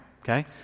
okay